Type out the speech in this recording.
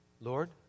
Lord